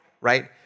right